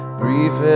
brief